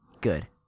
Good